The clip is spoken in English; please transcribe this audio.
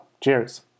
Cheers